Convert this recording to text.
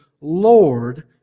Lord